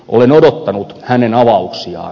olen odottanut hänen avauksiaan